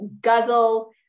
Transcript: guzzle